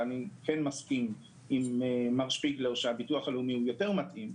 אני מסכים עם מר שפיגלר שהביטוח הלאומי יותר מתאים,